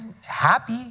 happy